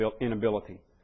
inability